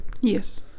yes